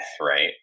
right